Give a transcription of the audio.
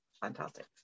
fantastic